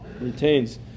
retains